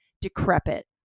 decrepit